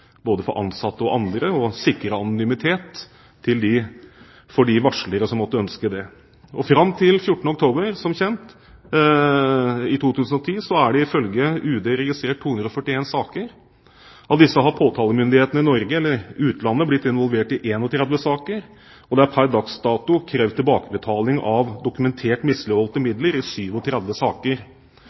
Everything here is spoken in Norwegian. både for ansatte og andre, og å sikre anonymitet for de varslere som måtte ønske det. Fram til 14. oktober 2010 er det som kjent ifølge UD registrert 241 saker. Av disse har påtalemyndighetene i Norge eller utlandet blitt involvert i 31 saker. Det er per dags dato krevd tilbakebetaling av dokumentert misligholdte midler i 37 saker.